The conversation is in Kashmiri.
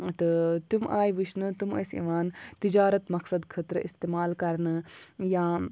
تہٕ تِم آیہِ وٕچھنہٕ تِم ٲسۍ یِوان تِجارَت مقصد خٲطرٕ اِستعمال کَرنہٕ یا